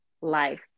life